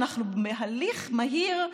בהליך מהיר,